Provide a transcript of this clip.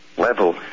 level